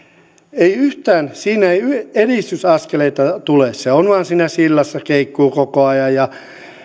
siinä ei yhtään edistysaskeleita tule se on vain siinä sillalla keikkuu koko ajan ja